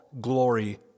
glory